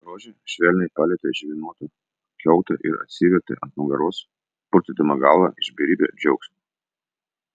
rožė švelniai palietė žvynuotą kiautą ir atsivertė ant nugaros purtydama galvą iš beribio džiaugsmo